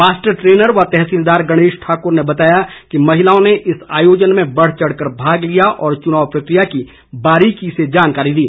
master trainer व तहसीलदार गणेश ठाकुर ने बताया कि महिलाओं ने इस आयोजन में बढ़चढ़ कर भाग लिया और चुनाव प्रक्रिया की बारिकी से जानकारी दी